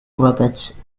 roberts